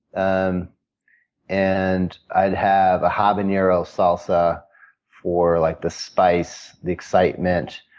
um and i'd have a habanero salsa for like the spice, the excitement,